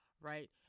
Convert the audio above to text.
right